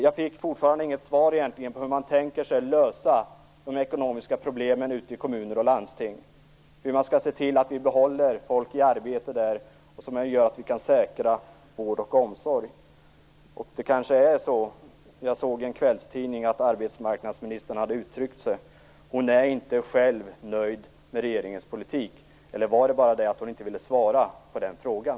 Jag fick fortfarande inget svar på frågan hur man tänker sig att lösa de ekonomiska problemen ute i kommuner och landsting och hur man skall se till att behålla folk i arbete där, vilket gör att vi kan säkra vård och omsorg. Det kanske är så - jag såg i en kvällstidning att arbetsmarknadsministern hade uttryckt sig - att hon inte själv är nöjd med regeringens politik. Eller var det bara så att hon inte ville svara på den frågan?